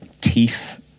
teeth